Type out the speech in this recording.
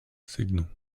signal